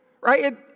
right